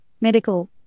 medical